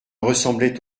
ressemblait